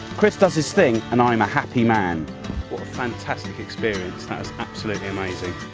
chris does his thing and i am a happy man. what a fantastic experience. that was absolutely amazing,